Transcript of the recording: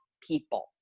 people